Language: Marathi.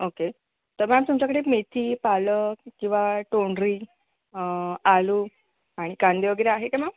ओके तर मॅम तुमच्याकडे मेथी पालक किंवा तोंड्री आलु आणि कांदे वगैरे आहे का मॅम